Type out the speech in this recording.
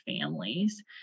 families